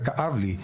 וכאב לי,